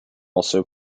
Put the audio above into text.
also